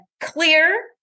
clear